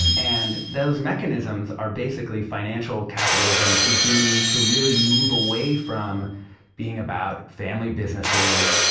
and those mechanisms are basically financial capitalism beginning to really move away from being about family businesses,